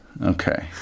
okay